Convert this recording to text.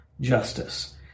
justice